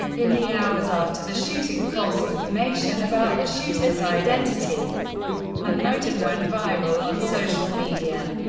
in the hours after the shooting, false information about the shooter's identity and motive went viral on social media.